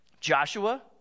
Joshua